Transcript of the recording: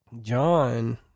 John